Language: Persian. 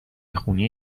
خونی